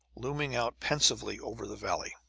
looming out pensively over the valley.